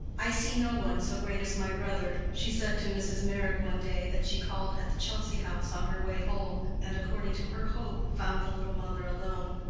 i see no one so great as my brother, she said to mrs. meyrick one day that she called at the chelsea house on her way home, and, according to her hope, found the little mother alone.